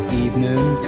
evening